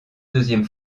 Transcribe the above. deuxième